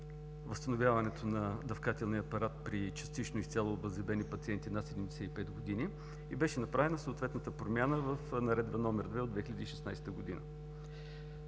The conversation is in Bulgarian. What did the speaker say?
възстановяването на дъвкателния апарат при частично и изцяло обеззъбени пациенти над 75 години и беше направена съответната промяна в Наредба № 2 от 2016 г.,